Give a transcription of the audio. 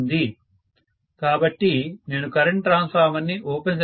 మీరు base impedance ఎంత ఉంటుందో క్యాలిక్యులేట్ చేస్తే దాని కంటే చాలా తక్కువ గా ఉంటే సరిపోతుంది